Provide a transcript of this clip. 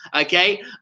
Okay